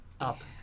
up